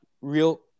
real